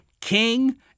King